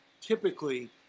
typically